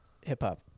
hip-hop